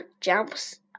jumps